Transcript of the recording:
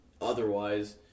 otherwise